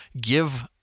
give